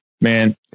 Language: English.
man